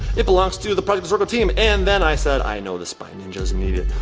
it belongs to the project zorgo team. and then i said i know the spy ninjas need it.